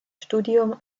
studium